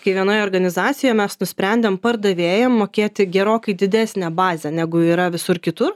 kai vienoje organizacijoje mes nusprendėm pardavėjam mokėti gerokai didesnę bazę negu yra visur kitur